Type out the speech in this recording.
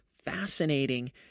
fascinating